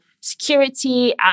security